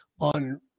on